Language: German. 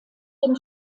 dem